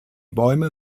bäume